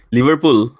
Liverpool